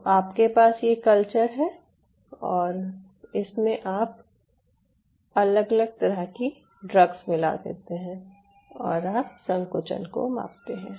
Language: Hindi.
तो आपके पास ये कल्चर है और इसमें आप अलग अलग तरह की ड्रग्स मिला देते हैं और आप संकुचन को मापते हैं